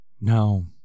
No